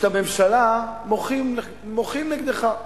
כשאתה ממשלה, מוחים נגדך,